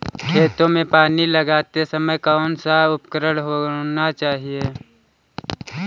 खेतों में पानी लगाते समय कौन सा उपकरण होना चाहिए?